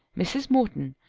mrs. morton,